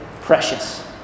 precious